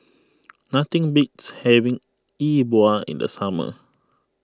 nothing beats having Yi Bua in the summer